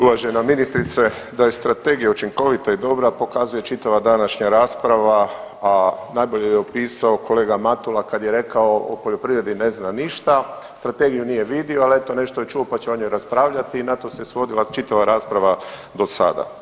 Uvažena ministrice, da je strategija učinkovita i dobra pokazuje čitava današnja rasprava, a najbolje ju je opisao kolega Matula kad je rekao o poljoprivredni ne zna ništa, strategiju nije vidio, al eto nešto je čuo pa će o njoj raspravljati i na to se svodila čitava rasprava do sada.